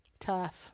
Tough